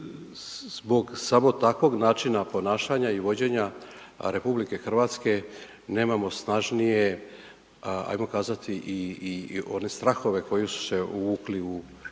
zbog samo takvog načina ponašanja i vođenja RH nemamo snažnije, hajmo kazati one strahove koji su se uvukli u ljude